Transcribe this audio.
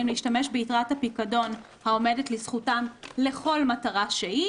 להשתמש ביתרת הפיקדון העומדת לזכותם לכל מטרה שהיא,